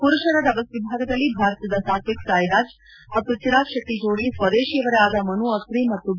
ಪುರುಷರ ಡಬಲ್ಸ್ ವಿಭಾಗದಲ್ಲಿ ಭಾರತದ ಸಾತ್ವಿಕ್ ಸಾಯಿರಾಜ್ ಮತ್ತು ಚಿರಾಗ್ ಶೆಟ್ಟಿ ಜೋಡಿ ಸ್ವ ದೇಶಿಯವರೇ ಆದ ಮನು ಅತ್ರಿ ಮತ್ತು ಬಿ